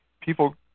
People